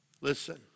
Listen